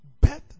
bet